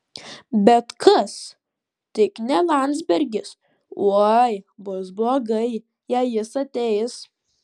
bet kas tik ne landsbergis oi bus blogai jei jis ateis